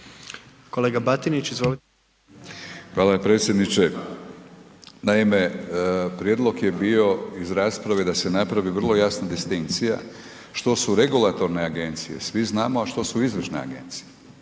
**Batinić, Milorad (HNS)** Hvala predsjedniče. Naime, prijedlog je bio iz rasprave da se napravi vrlo jasna distencija što su regulatorne agencija, svi znamo, a što su izvršne agencije.